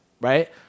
right